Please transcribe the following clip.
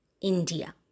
India